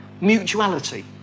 mutuality